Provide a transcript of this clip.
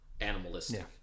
animalistic